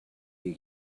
you